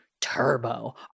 turbo